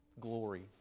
Glory